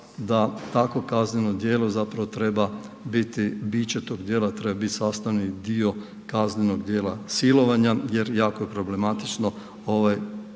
da takvo kazneno djelo zapravo treba biti, biće tog djela treba biti sastavni dio kaznenog djela silovanja jer jako je problematično ovaj